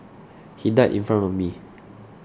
he died in front of me